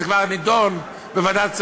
וזה כבר נדון בוועדת שרים,